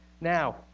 Now